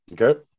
Okay